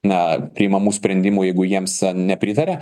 na priimamų sprendimų jeigu jiems nepritaria